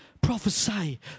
Prophesy